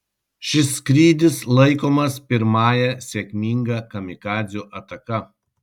šis skrydis laikomas pirmąja sėkminga kamikadzių ataka